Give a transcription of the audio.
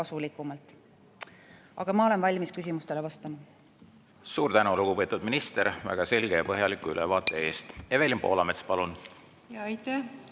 Ma olen valmis küsimustele vastama. Suur tänu, lugupeetud minister, väga selge ja põhjaliku ülevaate eest! Evelin Poolamets, palun! Suur tänu,